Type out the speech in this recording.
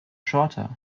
shorter